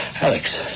Alex